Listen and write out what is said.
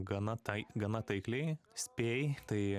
gana tai gana taikliai spėjai tai